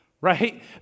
Right